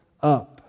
up